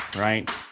right